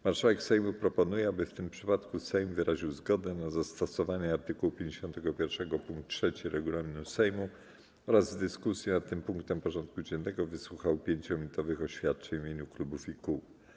Marszałek Sejmu proponuje, aby w tym przypadku Sejm wyraził zgodę na zastosowanie art. 51 pkt 3 regulaminu Sejmu oraz w dyskusji nad tym punktem porządku dziennego wysłuchał 5-minutowych oświadczeń w imieniu klubów i kół.